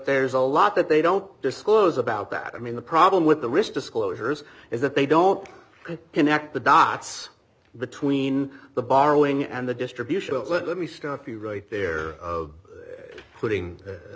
there's a lot that they don't disclose about that i mean the problem with the risk disclosures is that they don't connect the dots between the borrowing and the distribution of let me stop you right there of putting